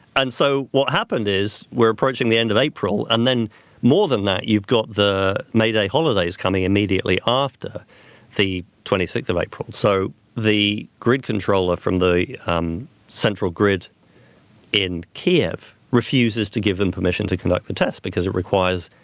and so what happened is we're approaching the end of april and then more than that, you've got the mayday holidays coming immediately after the twenty sixth of april. so the grid controller from the um central grid in kiev refuses to give them permission to conduct the test because it requires,